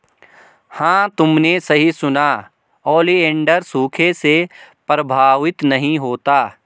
हां तुमने सही सुना, ओलिएंडर सूखे से प्रभावित नहीं होता